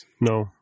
no